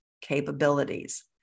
capabilities